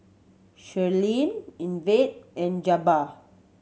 Sherlyn Ivette and Jabbar